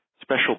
special